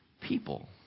people